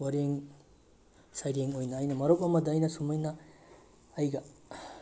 ꯋꯥꯔꯦꯡ ꯁꯩꯔꯦꯡ ꯑꯣꯏꯅ ꯑꯩꯅ ꯃꯔꯨꯞ ꯑꯃꯗ ꯑꯩꯅ ꯁꯨꯃꯥꯏꯅ ꯑꯩꯒ